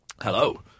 Hello